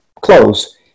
close